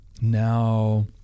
now